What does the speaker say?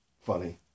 funny